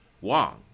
wong